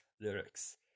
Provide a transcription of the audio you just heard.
lyrics